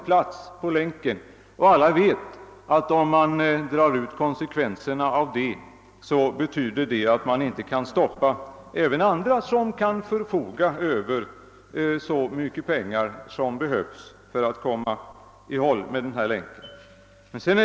Ett sådant tillstånd skulle, såsom alla förstår, få till konsekvenser att man inte heller kan stoppa andra, som förfogar över så mycket pengar som behövs för att kunna göra länköverföringar.